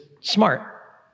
smart